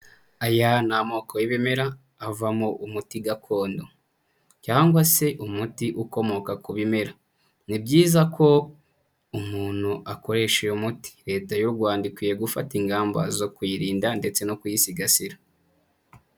Aya ni amoko y'ibimera, avamo umuti gakondo, cyangwa se umuti ukomoka ku bimera. Ni byiza ko umuntu akoresha uyu muti, Leta y'u Rwanda ikwiye gufata ingamba zo kuyirinda ndetse no kuyisigasira.